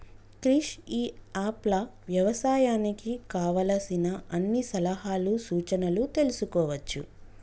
క్రిష్ ఇ app లో వ్యవసాయానికి కావలసిన అన్ని సలహాలు సూచనలు తెల్సుకోవచ్చు